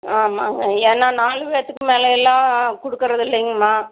ஆமாங்க ஏன்னா நாலு பேர்த்துக்கு மேலே எல்லாம் கொடுக்குறதில்லீங்கம்மா